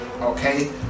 Okay